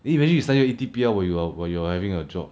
then you imagine you study C_P_L while while you are having a job